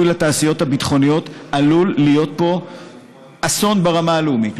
לתעשיות הביטחוניות עלול להיות פה אסון ברמה הלאומית,